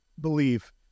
believe